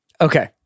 Okay